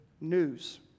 news